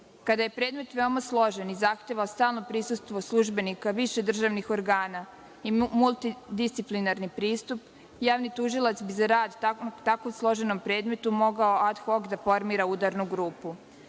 je predmet veoma složen i zahteva stalno prisustvo službenika više državnih organa i multidisciplinarni pristup javni tužilac u takvom složenom predmetu bi mogao ad hok da formira udarnu grupu.